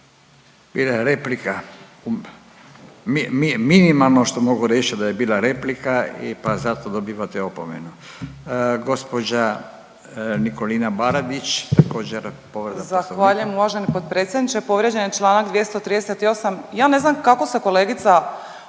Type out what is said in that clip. Bila je replika. Minimalno što mogu reći da je bila replika i pa zato dobivate opomenu. Gospođa Nikolina Baradić također povreda Poslovnika. **Baradić, Nikolina (HDZ)** Zahvaljujem uvaženi potpredsjedniče. Povrijeđen je čl. 238. Ja ne znam kako se kolegica